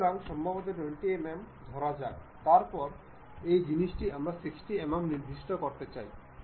সুতরাং এই tangent meter জন্য এটি একটি ডেমোন্সট্রেশন ছিল